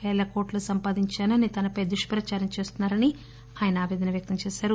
పేల కోట్లు సంపాధించానని తనపై దుష్పచారం చేస్తున్నా రని ఆయన ఆపేదన వ్యక్తం చేశారు